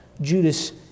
Judas